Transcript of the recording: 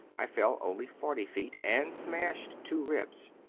i fell only forty feet, and smashed two ribs.